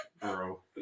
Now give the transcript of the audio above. Bro